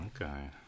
Okay